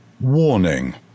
Warning